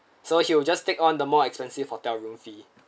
so he will just take on the more expensive hotel room fee